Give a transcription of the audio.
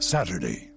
Saturday